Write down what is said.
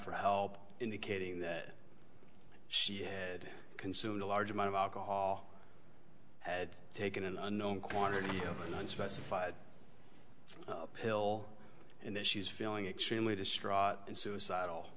for help indicating that she had consumed a large amount of alcohol had taken an unknown quantity over one specified pill and that she was feeling extremely distraught and suicidal